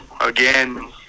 again